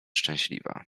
szczęśliwa